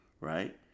right